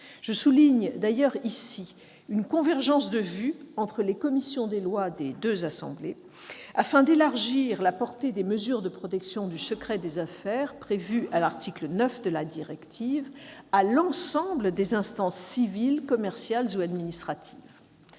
Je souligne d'ailleurs ici la convergence de vues entre les commissions des lois des deux assemblées pour élargir la portée des mesures de protection du secret des affaires prévues à l'article 9 de la directive à l'ensemble des instances civiles, commerciales ou administratives.